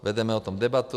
Vedeme o tom debatu.